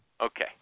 okay